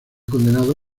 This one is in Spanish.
condenado